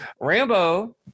Rambo